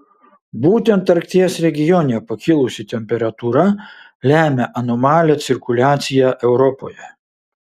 būtent arkties regione pakilusi temperatūra lemia anomalią cirkuliaciją europoje